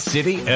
City